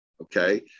okay